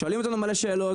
שואלים אותנו מלא שאלות,